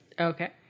Okay